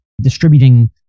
distributing